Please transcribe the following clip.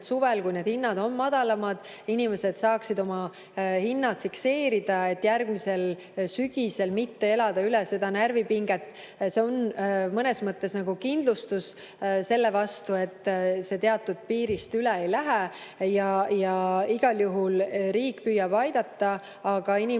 suvel, kui hinnad on madalamad, inimesed oma hinnad fikseeriksid, et järgmisel sügisel mitte elada üle seda närvipinget. See on mõnes mõttes nagu kindlustus selle vastu, et [hind] teatud piirist üle ei lähe. Igal juhul riik püüab aidata, aga inimesed